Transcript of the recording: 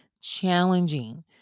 challenging